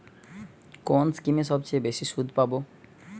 কোন স্কিমে সবচেয়ে বেশি সুদ পাব?